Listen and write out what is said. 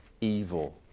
evil